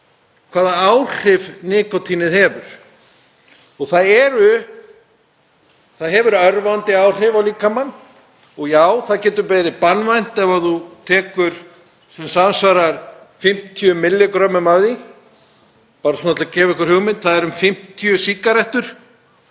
hvaða áhrif nikótínið hefur. Það hefur örvandi áhrif á líkamann. Og já, það getur verið banvænt ef þú tekur sem samsvarar 50 mg af því. Bara svona til að gefa ykkur hugmynd þá eru það um 50 sígarettur,